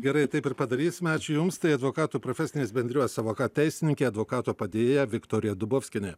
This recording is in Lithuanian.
gerai taip ir padarysime ačiū jums tai advokatų profesinės bendrijos sąvoka teisininkė advokato padėjėja viktorija dubovskienė